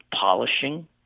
polishing